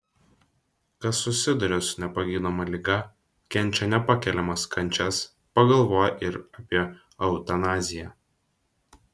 kas susiduria su nepagydoma liga kenčia nepakeliamas kančias pagalvoja ir apie eutanaziją